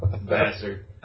bastard